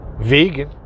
Vegan